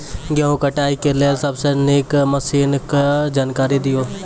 गेहूँ कटाई के लेल सबसे नीक मसीनऽक जानकारी दियो?